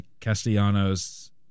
Castellanos